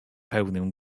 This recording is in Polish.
pełnym